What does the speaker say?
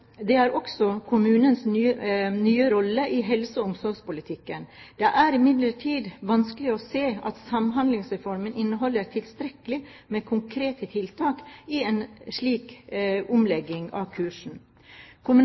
er også kommunenes nye rolle i helse- og omsorgspolitikken. Det er imidlertid vanskelig å se at Samhandlingsreformen inneholder tilstrekkelig med konkrete tiltak i en slik omlegging av kursen.